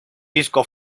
disco